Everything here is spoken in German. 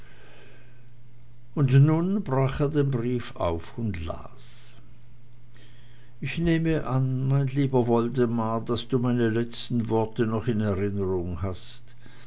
und nun brach er den brief auf und las ich nehme an mein lieber woldemar daß du meine letzten worte noch in erinnerung hast